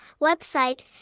Website